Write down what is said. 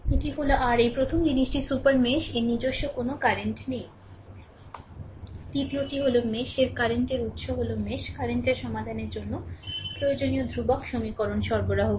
এটি হল r এই প্রথম জিনিসটি সুপার মেশ এর নিজস্ব কোনও কারেন্ট নেই দ্বিতীয়টি হল মেশ এর কারেন্ট উত্স হল মেশ কারেন্টের সমাধানের জন্য প্রয়োজনীয় ধ্রুবক সমীকরণ সরবরাহ করে